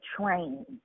train